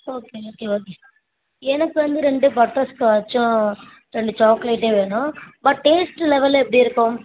okay okay okay எனக்கு வந்து ரெண்டு பட்டர் ஸ்காட்ச்சும் ரெண்டு சாக்லேட்டும் வேணும் பட் டேஸ்ட் லெவல் எப்படி இருக்கும்